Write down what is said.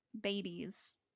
babies